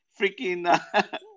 freaking